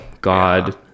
God